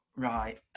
Right